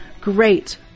great